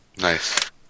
Nice